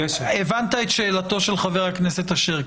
הבנת את שאלתו של חבר הכנסת אשר.